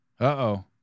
Uh-oh